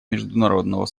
международного